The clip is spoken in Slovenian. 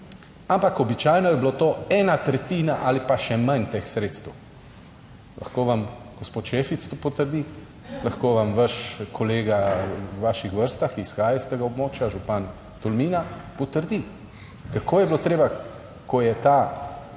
ampak običajno je bilo to ena tretjina ali pa še manj teh sredstev. Lahko vam, gospod Šefic to potrdi, lahko vam vaš kolega v vaših vrstah, ki izhaja iz tega območja, župan Tolmina potrdi, kako je bilo treba, ko je ta prvi